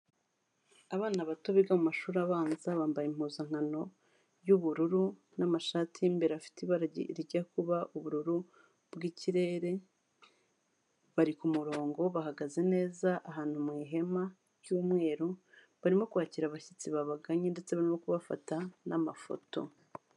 Abana bato biga mu mashuri abanza, bambaye impuzankano y'ubururu n'amashati y'imbere afite ibara rijya kuba ubururu bw'ikirere. Bari ku murongo, bahagaze neza ahantu mu ihema ry'umweru, barimo kwakira abashyitsi babagannye ndetse barimo no kubafata n'amafoto.